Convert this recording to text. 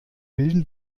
milden